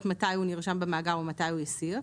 מתי הוא נרשם במאגר או מתי הוא הסיר,